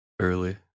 early